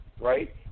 right